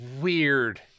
weird